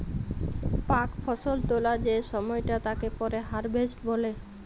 পাক ফসল তোলা যে সময়টা তাকে পরে হারভেস্ট বলে